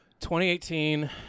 2018